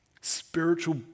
Spiritual